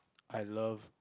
I love